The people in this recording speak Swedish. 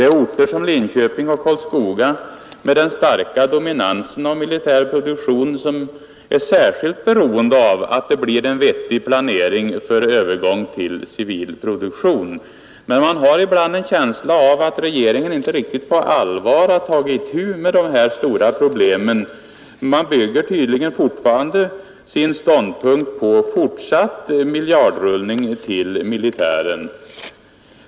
Det är orter som Linköping och Karlskoga, med den starka dominansen av militär produktion, som är särskilt beroende av att det blir en vettig planering för övergång till civil produktion.. Man har dock ibland en känsla av att regeringen inte riktigt på allvar tagit itu med dessa stora problem. Den bygger tydligen fortfarande sin planering på fortsatt miljardrullning till militären.